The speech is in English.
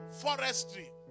forestry